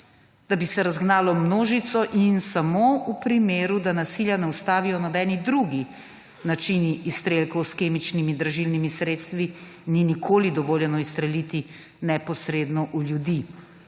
da bi se razgnala množica, in samo v primeru, da nasilja ne ustavijo nobeni drugi načini. Izstrelkov s kemičnimi dražilnimi sredstvi ni nikoli dovoljeno izstreliti neposredno v ljudi.